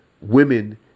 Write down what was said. women